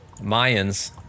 Mayans